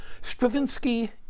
Stravinsky